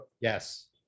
Yes